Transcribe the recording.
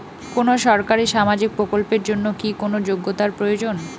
কোনো সরকারি সামাজিক প্রকল্পের জন্য কি কোনো যোগ্যতার প্রয়োজন?